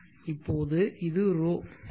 இப்போது இது ρ